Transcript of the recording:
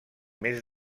més